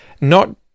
not-